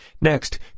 Next